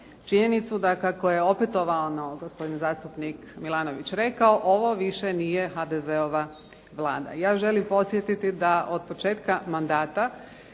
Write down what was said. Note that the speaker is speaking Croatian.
činjenicu da kako je opetovano gospodin zastupnik gospodin Milanović rekao, ovo više nije HDZ-ova Vlada. Ja želim podsjetiti da od početka mandata,